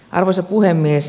arvoisa puhemies